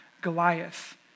Goliath